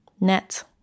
Net